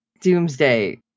Doomsday